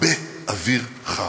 הרבה אוויר חם.